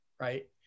right